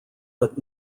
but